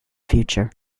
future